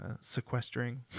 sequestering